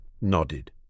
nodded